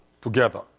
together